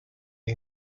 the